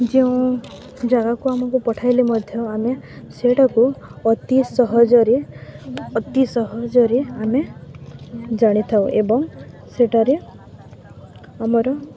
ଯେଉଁ ଜାଗାକୁ ଆମକୁ ପଠାଇଲେ ମଧ୍ୟ ଆମେ ସେଟାକୁ ଅତି ସହଜରେ ଅତି ସହଜରେ ଆମେ ଜାଣିଥାଉ ଏବଂ ସେଠାରେ ଆମର